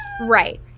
Right